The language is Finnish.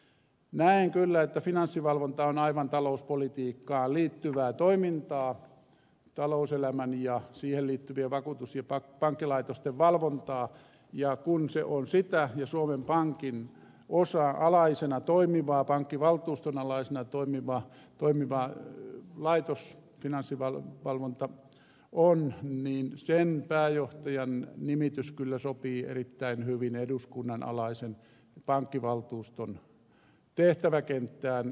näen kyllä että finanssivalvonta on aivan talouspolitiikkaan liittyvää toimintaa talouselämän ja siihen liittyvien vakuutus ja pankkilaitosten valvontaa ja kun se on sitä ja finanssivalvonta on suomen pankin alaisena toimiva pankkivaltuuston alaisena toimiva laitos niin sen pääjohtajan nimitys kyllä sopii erittäin hyvin eduskunnan alaisen pankkivaltuuston tehtäväkenttään